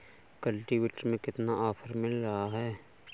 Cultivator में कितना offer मिल रहा है?